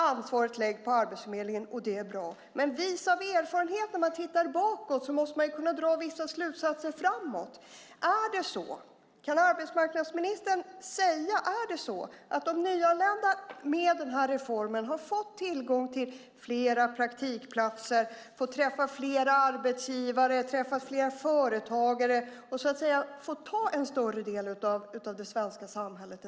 Ansvaret läggs på Arbetsförmedlingen, vilket är bra. Men vis av erfarenhet och vid en titt bakåt måste man kunna dra vissa slutsatser framåt. Kan arbetsmarknadsministern säga att det är så att de nyanlända med den här reformen har fått tillgång till flera praktikplatser, får träffa flera arbetsgivare och flera företagare och så att säga får ta en större del än tidigare av det svenska samhället?